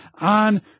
on